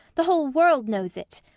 the whole world knows it.